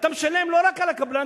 אתה משלם לא רק על הקבלן,